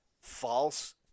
false